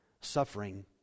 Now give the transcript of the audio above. Suffering